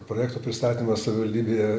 projekto pristatymas savivaldybėje